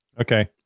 Okay